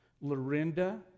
Lorinda